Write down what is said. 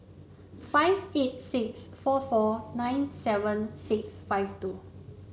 five eight six four four nine seven six five two